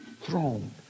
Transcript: throne